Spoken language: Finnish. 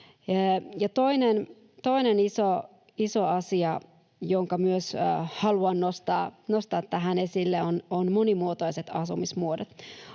Toinen iso asia, jonka myös haluan nostaa tähän esille, on monimuotoiset asumismuodot.